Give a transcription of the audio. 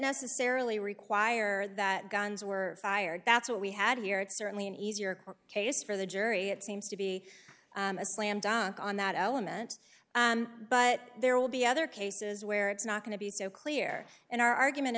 necessarily require that guns were fired that's what we had here it's certainly an easier case for the jury it seems to be a slam dunk on that element but there will be other cases where it's not going to be so clear an argument